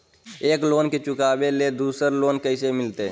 एक लोन के चुकाबे ले दोसर लोन कैसे मिलते?